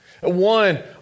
One